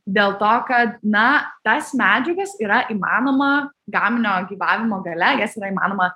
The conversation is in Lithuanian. dėl to kad na tas medžiagas yra įmanoma gaminio gyvavimo gale jas yra įmanoma